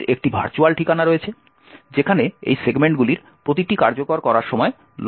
এটির একটি ভার্চুয়াল ঠিকানা রয়েছে যেখানে এই সেগমেন্টগুলির প্রতিটি কার্যকর করার সময় লোড করা উচিত